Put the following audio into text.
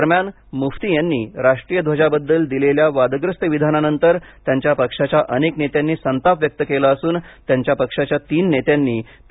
दरम्यान मुफ्ती यांनी राष्ट्रीय ध्वजाबद्दल दिलेल्या वादग्रस्त विधानानंतर त्यांच्या पक्षाच्या अनेक नेत्यांनी संताप व्यक्त केला असून त्यांच्या पक्षाच्या तीन नेत्यांनी पी